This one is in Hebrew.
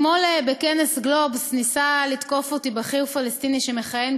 אתמול בכנס "גלובס" ניסה לתקוף אותי בכיר פלסטיני שמכהן